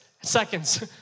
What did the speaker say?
seconds